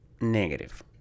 negative